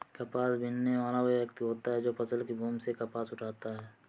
कपास बीनने वाला वह व्यक्ति होता है जो फसल की भूमि से कपास उठाता है